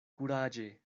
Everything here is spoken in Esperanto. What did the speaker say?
kuraĝe